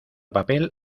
papel